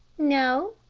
no,